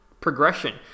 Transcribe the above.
progression